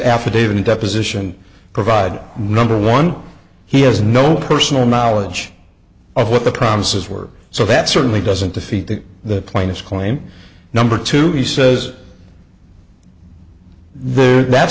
affidavit deposition provide number one he has no personal knowledge of what the promises were so that certainly doesn't defeat the plaintiff's claim number two he says there that